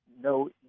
no